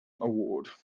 award